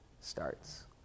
starts